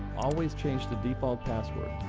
always change the default password.